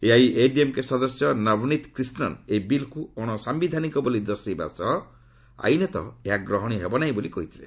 ଏଆଇଏଡିଏମ୍କେ ସଦସ୍ୟ ନବନୀତ୍ କୃଷ୍ଣନ୍ ଏହି ବିଲ୍କ୍ ଅଶସାୟିଧାନିକ ବୋଲି ଦର୍ଶାଇବା ସହ ଆଇନତଃ ଏହା ଗ୍ରହଣୀୟ ହେବ ନାହିଁ ବୋଲି କହିଥିଲେ